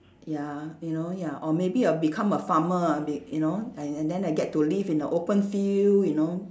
ya you know ya or maybe I'll become a farmer ah b~ you know and and then I get to live in a open field you know